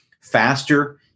faster